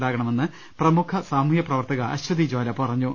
ഉണ്ടാകണമെന്ന് പ്രമുഖ സാമൂഹ്യ പ്രവർത്തക അശ്വതി ജാല പറഞ്ഞു